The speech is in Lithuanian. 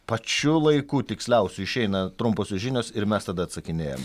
pačiu laiku tiksliausiu išeina trumposios žinios ir mes tada atsakinėjam